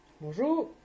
Bonjour